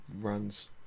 runs